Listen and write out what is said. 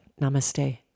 Namaste